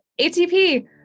ATP